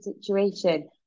situation